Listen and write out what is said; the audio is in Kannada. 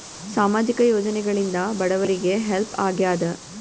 ಸಾಮಾಜಿಕ ಯೋಜನೆಗಳಿಂದ ಬಡವರಿಗೆ ಹೆಲ್ಪ್ ಆಗ್ಯಾದ?